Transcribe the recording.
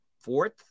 fourth